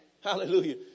Hallelujah